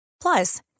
plus